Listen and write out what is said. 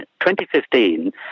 2015